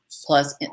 plus